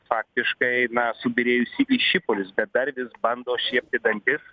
faktiškai na subyrėjusi į šipulius bet dar vis bando šiepti dantis